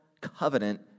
covenant